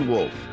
Wolf